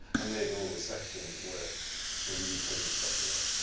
ah made a little section where where you were taking stuff away.